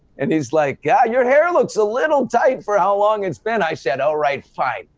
and he's like, yeah, your hair looks a little tight for how long it's been. i said, all right, fine.